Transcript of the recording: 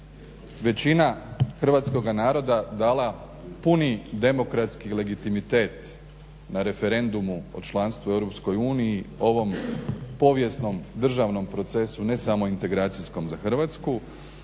većina hrvatskog naroda dala puni demokratski legitimitet na referendumu o članstvu u EU ovom povijesnom, državnom procesu, ne samo integracijskom za Hrvatsku